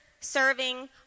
serving